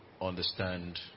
understand